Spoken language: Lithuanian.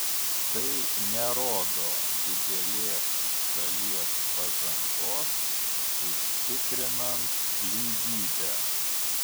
tai nerodo didelės šalies pažangos užtikrinant lygybę